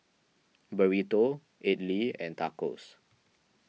Burrito Idili and Tacos